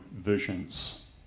visions